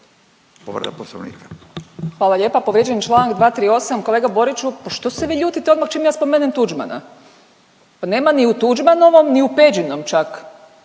Mirela (SDP)** Hvala lijepo. Povrijeđen je Članak 238., kolega Boriću pa što se vi ljutite odmah čim ja spomenem Tuđmana, pa nema ni u Tuđmanovom ni u Peđinom čak